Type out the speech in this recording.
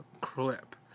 clip